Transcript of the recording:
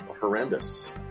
horrendous